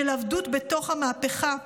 של עבדות בתוך המהפכה,